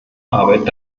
arbeit